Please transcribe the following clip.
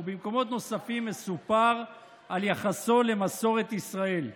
ובמקומות נוספים מסופר על יחסו למסורת ישראל.